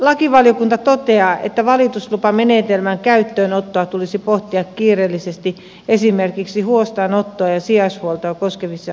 lakivaliokunta toteaa että valituslupamenetelmän käyttöönottoa tulisi pohtia kiireellisesti esimerkiksi huostaanottoa ja sijaishuoltoa koskevissa asioissa